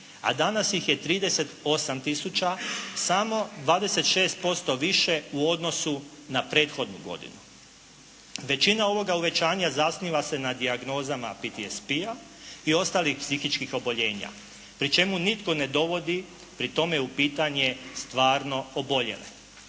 A danas ih je 38000 samo 26% više u odnosu na prethodnu godinu. Većina ovoga uvećanja zasniva se na dijagnozama PTSP-a i ostalih psihičkih oboljenja pri čemu nitko ne dovodi pri tome u pitanje stvarno oboljele.